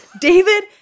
david